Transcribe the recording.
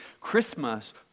Christmas